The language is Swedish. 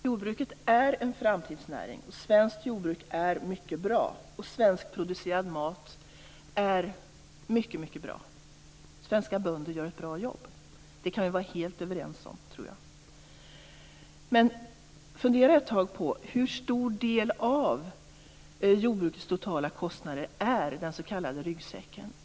Herr talman! Jordbruket är en framtidsnäring. Svenskt jordbruk är mycket bra. Svenskproducerad mat är mycket bra. Svenska bönder gör ett bra jobb. Det tror jag att vi kan vara helt överens om. Men låt oss fundera ett tag på hur stor del av jordbrukets totala kostnader den s.k. ryggsäcken är.